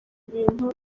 ibintu